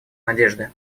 надежды